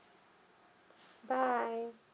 bye